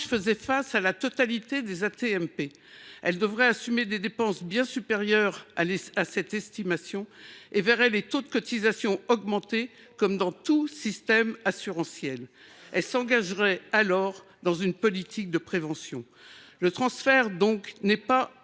sinistres et pathologies, elle devrait assumer des dépenses bien supérieures à cette estimation et verrait les taux de cotisation augmenter, comme dans tout système assurantiel. Elle s’engagerait alors dans une politique de prévention. Ce transfert annuel n’est